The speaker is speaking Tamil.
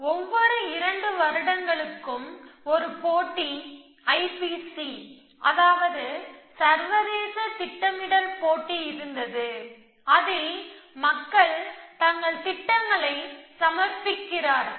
ஒவ்வொரு 2 வருடங்களுக்கும் ஒரு போட்டி I P C சர்வதேச திட்டமிடல் போட்டி இருந்தது அதில் மக்கள் தங்கள் திட்டங்களை சமர்ப்பிக்கிறார்கள்